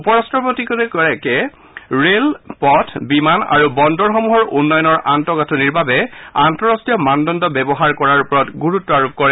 উপ ৰট্টপতিগৰাকীয়ে ৰেল পথ বিমান আৰু বন্দৰসমূহৰ উন্নয়নৰ আন্তঃগাঠনিৰ বাবে আন্তঃৰাষ্ট্ৰীয় মানদণ্ড ব্যৱহাৰ কৰাৰ ওপৰত গুৰুত্ব আৰোপ কৰে